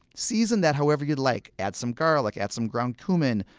season that however you'd like. add some garlic, add some ground cumin,